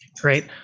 Great